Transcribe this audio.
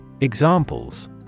Examples